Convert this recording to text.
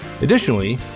Additionally